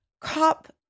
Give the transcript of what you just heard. cop